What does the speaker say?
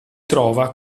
trova